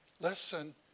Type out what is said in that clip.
listen